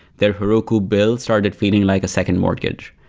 their heroku bill started feeling like a second mortgage.